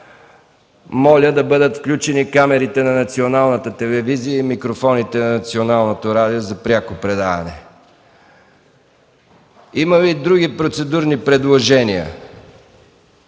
Моля да бъдат включени камерите на Националната телевизия и микрофоните на Националното радио за пряко предаване. Има ли други процедурни предложения?